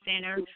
center